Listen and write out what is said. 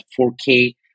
4K